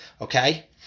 Okay